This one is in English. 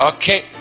Okay